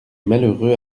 malheureux